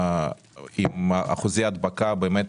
עם אחוזי הדבקה גבוהים.